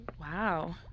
Wow